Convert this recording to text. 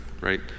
right